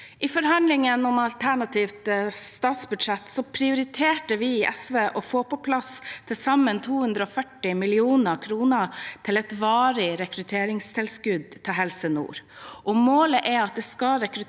I forhandlingene om alternativt statsbudsjett prioriterte vi i SV å få på plass til sammen 240 mill. kr til et varig rekrutteringstilskudd til Helse nord. Målet er å rekruttere